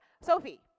Sophie